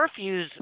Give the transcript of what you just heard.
curfews